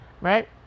Right